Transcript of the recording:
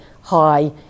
high